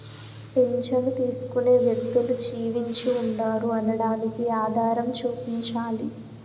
పింఛను తీసుకునే వ్యక్తులు జీవించి ఉన్నారు అనడానికి ఆధారం చూపించాలి